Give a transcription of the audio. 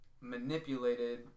manipulated